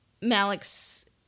Malik's